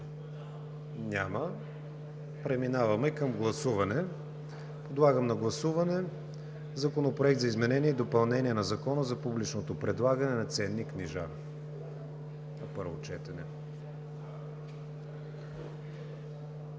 Няма. Преминаваме към гласуване. Подлагам на първо гласуване Законопроекта за изменение и допълнение на Закона за публичното предлагане на ценни книжа. Гласували